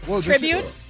tribute